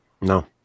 No